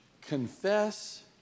confess